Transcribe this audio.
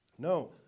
No